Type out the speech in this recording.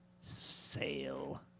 sail